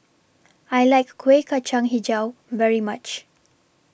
I like Kuih Kacang Hijau very much